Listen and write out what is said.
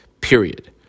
period